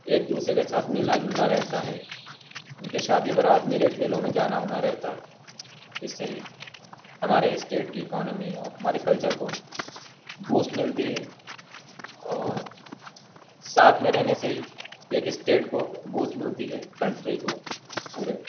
ایک دوسرے کے ساتھ ملنا جلنا رہتا ہے ان کے شادی بارات میلے ٹھیلے میں جانا وانا رہتا ہے اس سے ہی ہمارے اسٹیٹ کی اکانومی اور ہمارے کلچر کو بوسٹ ملتی ہے اور ساتھ میں رہنے سے ہی ایک اسٹیٹ کو بوسٹ ملتی ہے کنٹری کو پورے